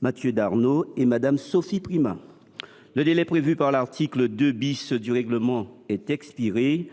Mathieu Darnaud et Mme Sophie Primas. Le délai prévu par l’article 2 du règlement est expiré.